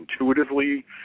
intuitively